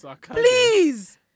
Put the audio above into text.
Please